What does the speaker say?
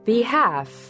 Behalf